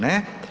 Ne.